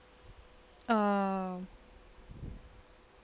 oh